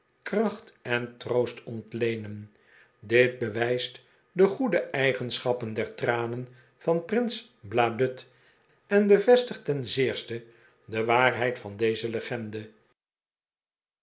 kracht en troost ontleenen dit bewijst de goede eigenschappen der tranen van prins bladud en bevestigt ten zeerste de waarheid van deze legende